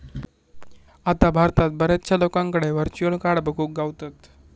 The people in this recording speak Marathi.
आता भारतात बऱ्याचशा लोकांकडे व्हर्चुअल कार्ड बघुक गावतत